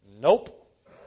Nope